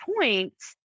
points